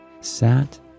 sat